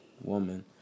woman